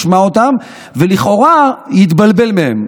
שהציבור ישמע אותם ולכאורה יתבלבל מהם.